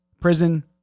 prison